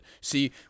See